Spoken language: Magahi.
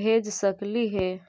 भेज सकली हे?